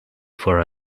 for